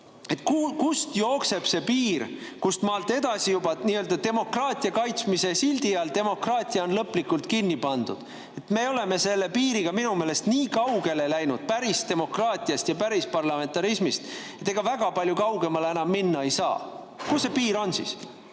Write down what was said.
Kust jookseb see piir, kust edasi juba nii-öelda demokraatia kaitsmise sildi all on demokraatia lõplikult kinni pandud? Me oleme selle piiriga minu meelest nii kaugele läinud päris demokraatiast ja päris parlamentarismist, et ega väga palju kaugemale enam minna ei saa. Kus see piir on siis?